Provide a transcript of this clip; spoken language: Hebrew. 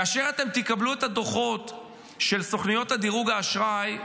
כאשר אתם תקבלו את הדוחות של סוכנויות הדירוג האשראי,